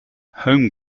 home